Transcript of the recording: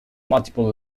multiple